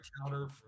counter